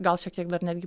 gal šiek tiek dar netgi